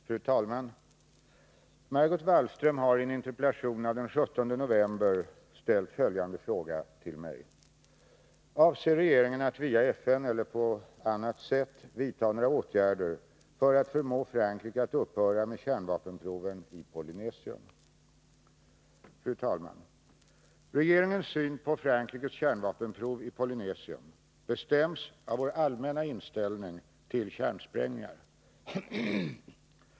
Fru talman! Margot Wallström har i en interpellation av den 16 november ställt följande fråga till mig: Avser regeringen att via FN eller på annat sätt vidta några åtgärder för att förmå Frankrike att upphöra med kärnvapenproven i Polynesien? Fru talman! Regeringens syn på Frankrikes kärnvapenprov i Polynesien bestäms av vår allmänna inställning till kärnsprängningar.